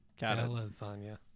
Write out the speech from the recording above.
Lasagna